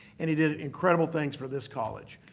and he did incredible things for this college.